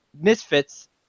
misfits